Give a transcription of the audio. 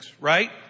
right